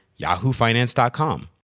yahoofinance.com